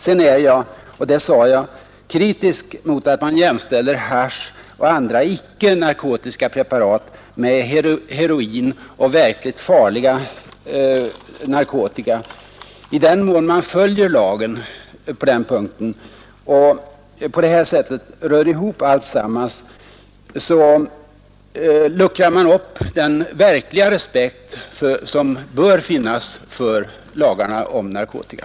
Jag är, och det sade jag, kritisk mot att man jämställer hasch och andra icke narkotiska preparat med heroin och verkligt farliga narkotika. I den mån man följer lagen på denna punkt och på detta sätt rör ihop alltsammans luckrar man upp den verkliga respekt som bör finnas för lagarna om narkotika.